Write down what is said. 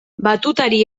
batutari